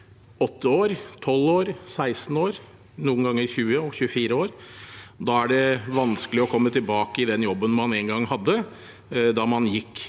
8 år, 12 år, 16 år, og noen ganger 20 år og 24 år. Da er det vanskelig å komme tilbake i den jobben man en gang hadde da man gikk